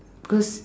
cause